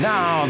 Now